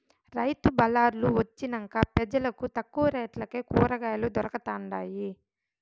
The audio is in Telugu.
రైతు బళార్లు వొచ్చినంక పెజలకు తక్కువ రేట్లకే కూరకాయలు దొరకతండాయి